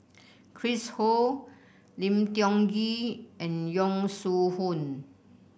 Chris Ho Lim Tiong Ghee and Yong Shu Hoong